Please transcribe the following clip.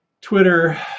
Twitter